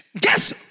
Guess